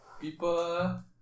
people